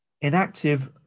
inactive